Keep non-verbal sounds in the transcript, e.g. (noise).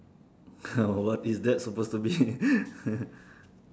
(laughs) what is that suppose to be (laughs)